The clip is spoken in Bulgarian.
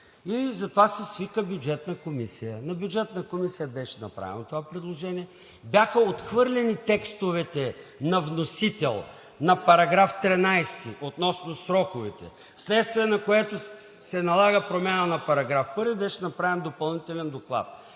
Затова се свика Бюджетната комисия и беше направено това предложение, бяха отхвърлени текстовете на вносител на § 13 относно сроковете, вследствие на което се налага промяна на § 1 и беше направен допълнителен доклад.